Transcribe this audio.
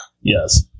Yes